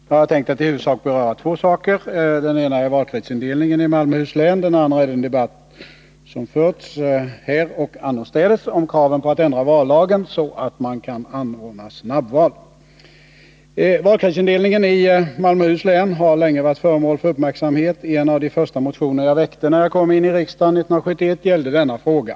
Herr talman! Jag har tänkt att i huvudsak beröra två saker. Den ena är valkretsindelningen i Malmöhus län, den andra är den debatt som förts, här och annorstädes, om kraven på att ändra vallagen så att man kan anordna snabbval. Valkretsindelningen i Malmöhus län har länge varit föremål för uppmärksamhet. En av de första motioner jag väckte när jag kom in i riksdagen 1971 gällde denna fråga.